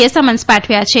એ summons ાઠવ્યા છે